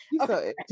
Okay